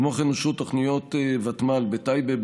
כמו כן אושרו תוכניות ותמ"ל בטייבה,